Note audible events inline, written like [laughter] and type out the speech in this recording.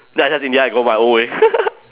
then I just in the end I go my own way [laughs]